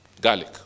Garlic